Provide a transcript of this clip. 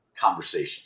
conversation